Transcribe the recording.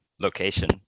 location